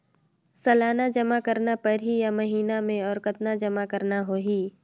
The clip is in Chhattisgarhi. सालाना जमा करना परही या महीना मे और कतना जमा करना होहि?